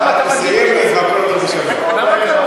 מה קורה אתנו?